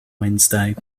wednesday